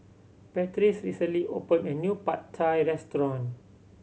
Patrice recently opened a new Pad Thai Restaurant